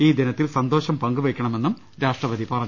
ഈ ദിനത്തിൽ സന്തോഷം പങ്കുവെയ്ക്കണമെന്നും രാഷ്ട്രപതി പറഞ്ഞു